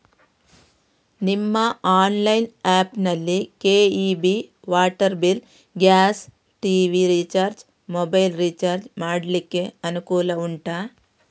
ನಿಮ್ಮ online app ನಲ್ಲಿ KEB, water bill, gas, TV recharge, mobile recharge ಮಾಡ್ಲಿಕ್ಕೆ ಅನುಕೂಲ ಉಂಟಾ